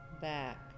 back